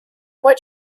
what